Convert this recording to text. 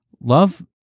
Love